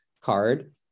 card